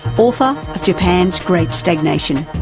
author of japan's great stagnation.